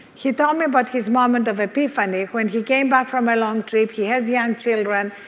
he told me about his moment of epiphany when he came back from a long trip. he has young children.